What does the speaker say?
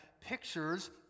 pictures